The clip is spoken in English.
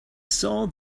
saw